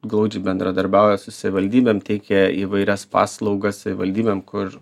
glaudžiai bendradarbiauja su savivaldybėm teikia įvairias paslaugas savivaldybėm kur